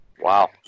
Wow